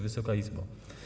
Wysoka Izbo!